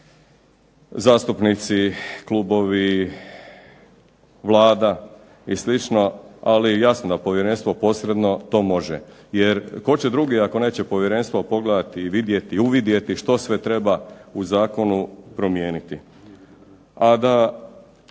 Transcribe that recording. zastupnici, klubovi, Vlada i sl., ali jasno da povjerenstvo posredno to može. Jer tko će drugi ako neće povjerenstvo pogledati i vidjeti, uvidjeti što sve treba u zakonu promijeniti. Evo,